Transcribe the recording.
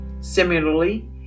Similarly